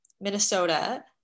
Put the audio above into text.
Minnesota